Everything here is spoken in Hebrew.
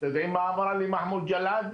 אתם יודעת מה אמר לי מחמוד ג'לאד?